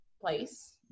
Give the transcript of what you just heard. place